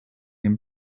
him